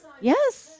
Yes